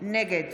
נגד